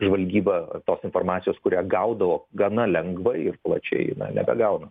žvalgyba tos informacijos kurią gaudavo gana lengvai ir plačiai na nebegauna